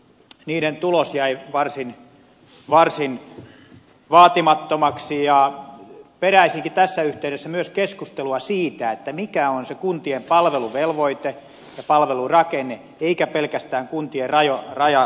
niiden tulos jäi varsin vaatimattomaksi ja peräisinkin tässä yhteydessä myös keskustelua siitä mikä on se kuntien palveluvelvoite ja palvelurakenne eikä pelkästään kuntien rajarakenne